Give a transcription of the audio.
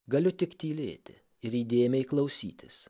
galiu tik tylėti ir įdėmiai klausytis